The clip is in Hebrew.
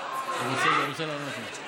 הוא רוצה לעלות.